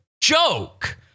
joke